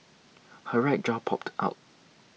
her right jaw popped out